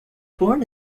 born